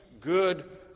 good